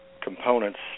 components